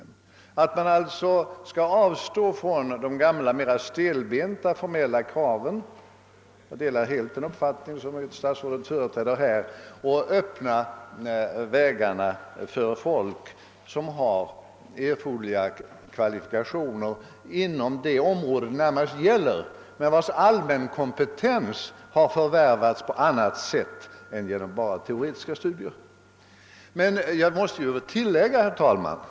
Samhället avstår alltså från att hålla på de gamla mera stelbenta formella kraven och öppnar utbildningsvägar för folk som har erforderliga kvalifikationer inom det område det närmast gäller men vars allmänkompetens har förvärvats på annat sätt än bara genom teoretiska studier. Jag delar helt den uppfattning som statsrådet här företräder.